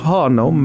Hano